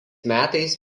metais